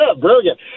brilliant